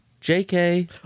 JK